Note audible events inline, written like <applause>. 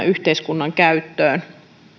<unintelligible> yhteiskunnan käyttöön